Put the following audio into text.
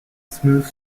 smooth